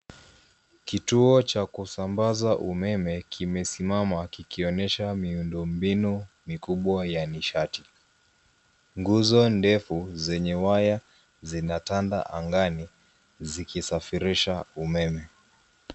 Kituo cha kusambaza umeme kimesimama kikionyesha miundo mbinu mikubwa yanishati. Nguzo ndefu zenye waya zinatanda angani zikisafirisha umeme.